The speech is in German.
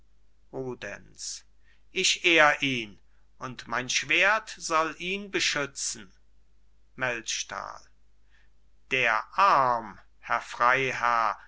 rudenz ich ehr ihn und mein schwert soll ihn beschützen melchtal der arm herr freiherr